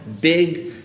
big